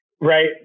right